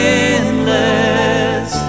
endless